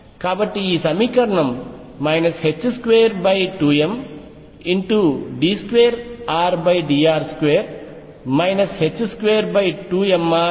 కాబట్టి ఈ సమీకరణం 22md2Rdr2 22mrdRdrll122mr2RVrRER